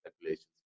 calculations